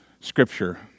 Scripture